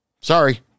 sorry